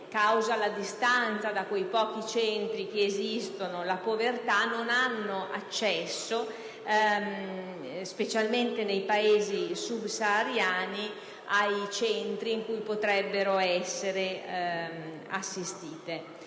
causa la distanza dai pochi centri che esistono e causa la povertà, non hanno accesso, specialmente nei Paesi sub-sahariani, ai centri in cui potrebbero essere assistite.